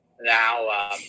now